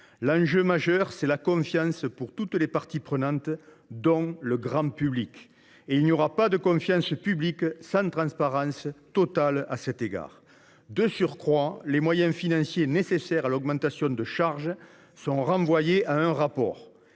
L’enjeu majeur, c’est de gagner la confiance de toutes les parties prenantes, dont le grand public. Or il n’y aura pas de confiance publique sans transparence totale. De surcroît, la question des moyens financiers nécessaires à l’augmentation de charge est renvoyée à un rapport.